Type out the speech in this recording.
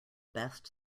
best